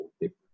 different